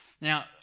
Now